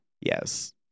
Yes